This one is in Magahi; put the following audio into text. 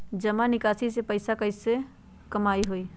जमा निकासी से पैसा कईसे कमाई होई?